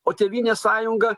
o tėvynės sąjunga